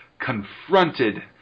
confronted